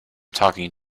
talking